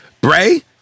Bray